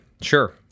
sure